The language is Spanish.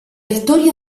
historia